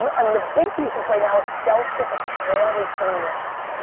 um and the big thesis right now is sell shit that's randomly sitting in your house.